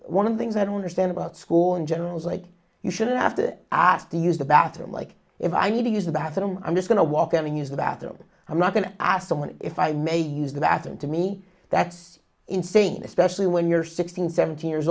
one of the things i don't understand about school in general is like you shouldn't have to ask to use the bathroom like if i need to use the bathroom i'm just going to walk in and use the bathroom i'm not going to ask someone if i may use the bathroom to me that's insane especially when you're sixteen seventeen years